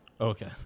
Okay